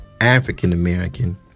african-american